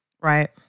Right